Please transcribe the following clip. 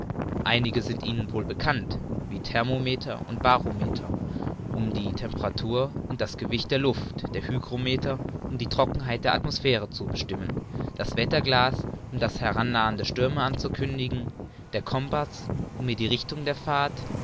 einige sind ihnen wohl bekannt wie thermometer und barometer um die temperatur und das gewicht der luft der hygrometer um die trockenheit der atmosphäre zu bestimmen das wetterglas um das herannahen der stürme anzukündigen der compaß um mir die richtung der fahrt